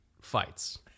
fights